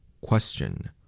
Question